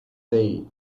day